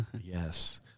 Yes